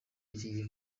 iki